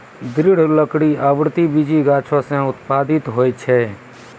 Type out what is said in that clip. दृढ़ लकड़ी आवृति बीजी गाछो सें उत्पादित होय छै?